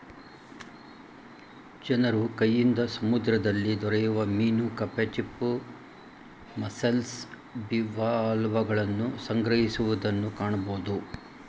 ಜನರು ಕೈಯಿಂದ ಸಮುದ್ರದಲ್ಲಿ ದೊರೆಯುವ ಮೀನು ಕಪ್ಪೆ ಚಿಪ್ಪು, ಮಸ್ಸೆಲ್ಸ್, ಬಿವಾಲ್ವಗಳನ್ನು ಸಂಗ್ರಹಿಸುವುದನ್ನು ಕಾಣಬೋದು